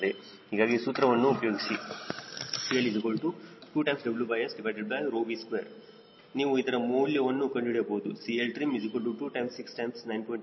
ಹೀಗಾಗಿ ಸೂತ್ರವನ್ನು ಉಪಯೋಗಿಸಿ CL2WSV2 ನೀವು ಇದರ ಮೌಲ್ಯವನ್ನು ಕಂಡುಹಿಡಿಯುವುದು CLtrim269